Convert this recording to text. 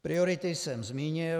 Priority jsem zmínil.